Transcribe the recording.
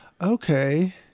Okay